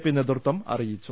P നേതൃത്വം അറിയിച്ചു